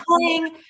playing